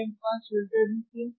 सक्रिय band pass filter ही क्यों